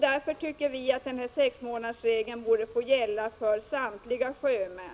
Därför tycker vi att sexmånadersregeln borde gälla för samtliga sjömän.